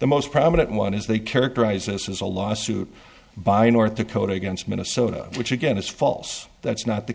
the most prominent one is they characterize this as a lawsuit by north dakota against minnesota which again is false that's not the